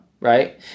right